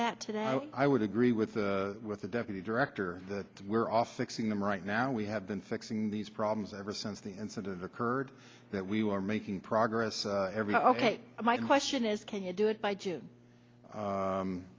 that today i would agree with what the deputy director that we're off fixing them right now we have been fixing these problems ever since the incident occurred that we were making progress every ok my question is can you do it by